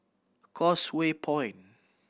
Causeway Point